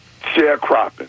Sharecropping